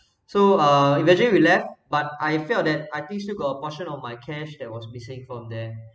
so uh eventually we left but I felt that I think still got a portion of my cash that was missing from there